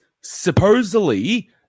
supposedly